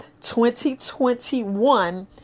2021